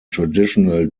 traditional